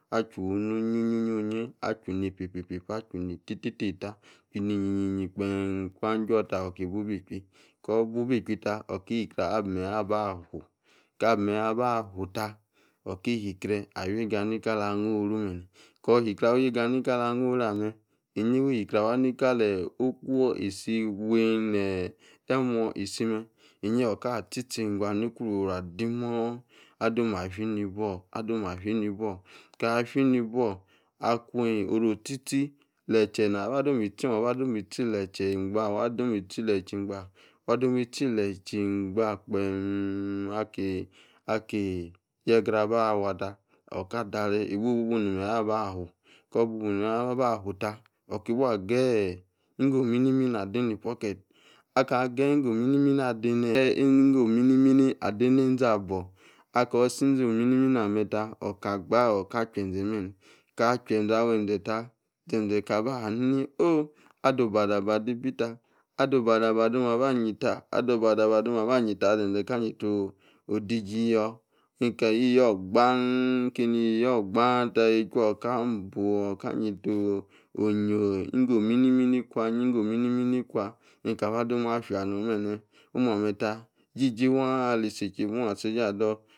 Wa chu yiwu ni onyi onyi onyi, wa chu ni epa epa epa achu ne eta ete te ta, enyi enyi enyi gbe̱m kwa choota oti bu ibi chwi, ko̱ ibu ibi ichwi ta wa be menyi aba fu. Kaba futa o̱ti yigre awa yega nikala ingyo̱ koru. Ko hegre awa yega ni ka la ayo, eny wa yegre awa no ku owen, aka ti tocho̱ emgba ni ki ururiwa afi ni buo̱. Ka fi nibuo adome afi ni buo. Aka fi ni bou, leche na ba dome ichi, yegra aba awa ta wa de̱re̱ ibu ni me̱yi aba fu. Aka bi me̱yi aba fu ta, wa geyi izi omini ame ta, ka chu e̱nze̱ awa enze ta ba aha ni ada obada bada.